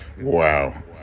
Wow